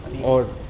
I mean